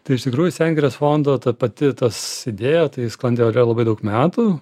tai iš tikrųjų sengirės fondo ta pati tas idėja sklandė ore labai daug metų